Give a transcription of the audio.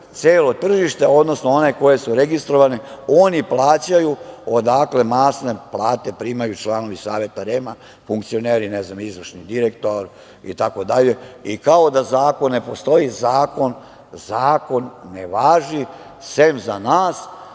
celo tržište, odnosno, one koje su registrovane, oni plaćaju, odakle masne plate primaju članovi Saveta REM-a, funkcioneri, ne znam, izvršni direktor, itd, kao da zakon ne postoji. Zakon ne važi, sem za nas